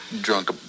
drunk